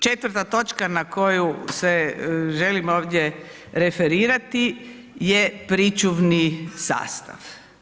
Četvrta točka na koju se želim ovdje referirati je pričuvni sastav.